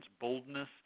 boldness